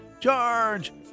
charge